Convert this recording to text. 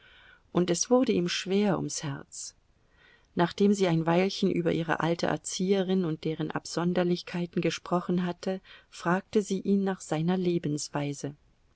und es wurde ihm schwer ums herz nachdem sie ein weilchen über ihre alte erzieherin und deren absonderlichkeiten gesprochen hatte fragte sie ihn nach seiner lebensweise